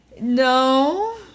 No